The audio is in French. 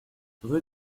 rue